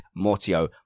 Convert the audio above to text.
Mortio